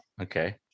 Okay